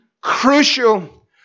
crucial